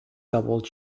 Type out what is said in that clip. double